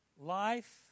life